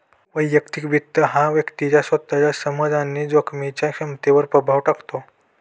वैयक्तिक वित्त हा व्यक्तीच्या स्वतःच्या समज आणि जोखमीच्या क्षमतेवर प्रभाव टाकतो